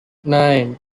nine